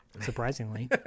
surprisingly